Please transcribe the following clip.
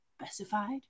specified